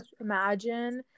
imagine